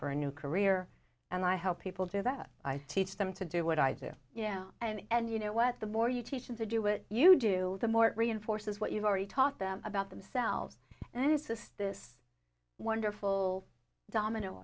for a new career and i help people do that i teach them to do what i do yeah and you know what the more you teach them to do what you do the more it reinforces what you've already taught them about themselves and insists this wonderful domino